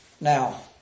Now